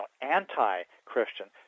anti-christian